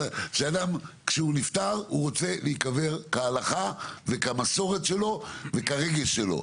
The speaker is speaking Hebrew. אבל כשאדם כשהוא נפטר הוא רוצה להיקבר כהלכה וכמסורת שלו וכרגש שלו,